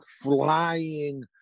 flying